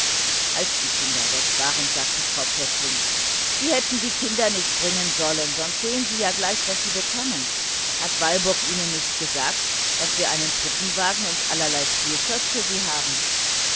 als die kinder weg waren sagte frau pfäffling sie hätten die kinder nicht bringen sollen sonst sehen sie ja gleich was sie bekommen hat walburg ihnen nicht gesagt daß wir einen puppenwagen und allerlei spielzeug für sie haben